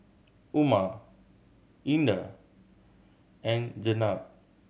Umar Indah and Jenab